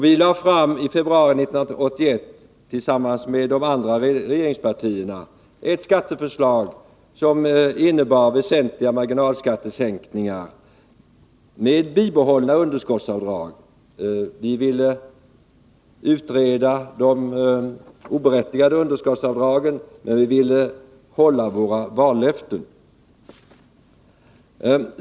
I februari 1981 lade vi tillsammans med de andra regeringspartierna fram ett skatteförslag som innebar väsentliga marginalskattesänkningar med bibehållna underskottsavdrag. Vi ville utreda de oberättigade underskottsavdragen, men vi ville hålla våra vallöften.